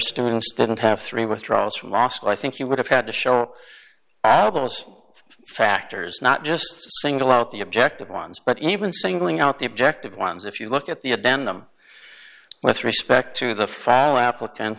students didn't have three withdrawals from law school i think you would have had to show adults factors not just single out the objective ones but even singling out the objective ones if you look at the again them with respect to the file applicants